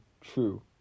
true